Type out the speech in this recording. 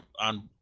on